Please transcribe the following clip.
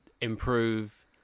improve